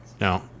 No